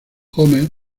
homer